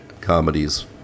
comedies